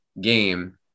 game